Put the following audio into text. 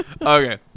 Okay